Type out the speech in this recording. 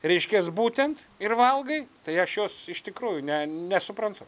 reiškias būtent ir valgai tai aš jos iš tikrųjų ne nesuprantu